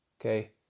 okay